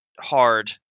hard